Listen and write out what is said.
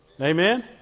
Amen